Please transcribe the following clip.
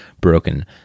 broken